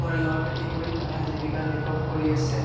সৰিয়হৰ খেতি কৰি মানুহে জীৱিকা নিৰ্বাহ কৰি আছে